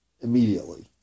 immediately